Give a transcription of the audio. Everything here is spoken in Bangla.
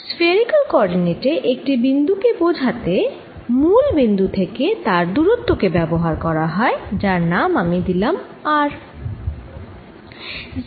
স্ফেরিকাল কোঅরডিনেট এ একটি বিন্দু কে বোঝাতে মূল বিন্দু থেকে তার দুরত্ব কে ব্যবহার করা হয় যার নাম আমি দিলাম r